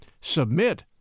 Submit